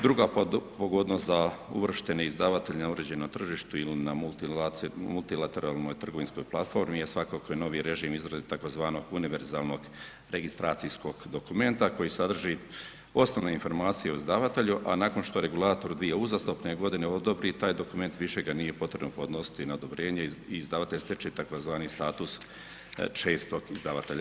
Druga pogodnost za uvrštene izdavatelje na uređenom tržištu ili na multilateralnoj trgovinskoj platformi je svakako i novi režim izrade tzv. univerzalnog registracijskog dokumenta koji sadrži osnovne informacije o izdavatelju, a nakon što regulator dvije uzastopne godine odobri taj dokument više ga nije potrebno podnositi na odobrenje i izdavatelj steče tzv. status čestog izdavatelja.